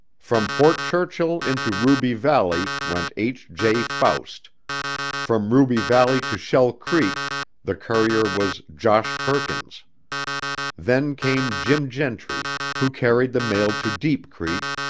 from fort churchill into ruby valley went h. j. faust from ruby valley to shell creek the courier was josh perkins then came jim gentry who carried the mail to deep creek,